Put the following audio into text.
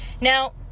Now